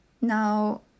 now